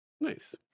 Nice